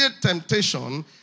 temptation